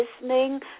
listening